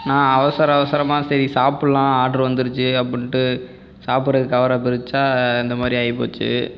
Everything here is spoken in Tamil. நான் அவசர அவசரமாக சரி சாப்புடலாம் ஆட்ரு வந்துருச்சு அப்படின்னுட்டு சாப்பிடறதுக்கு கவரை பிரித்தா இந்தமாதிரி ஆகிப்போச்சு